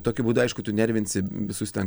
tokiu būdu aišku tu nervinsi visus ten